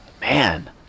Man